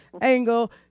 angle